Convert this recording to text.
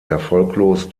erfolglos